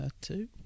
two